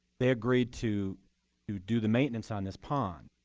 they agreed to do do the maintenance on this pond.